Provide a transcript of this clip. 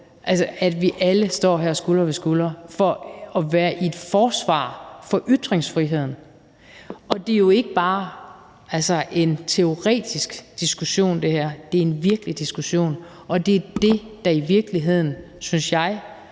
at vi alle står her skulder ved skulder for at være i et forsvar for ytringsfriheden? Det her er jo ikke bare en teoretisk diskussion, det er en virkelig diskussion, og det, der i virkeligheden, synes jeg,